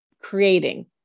creating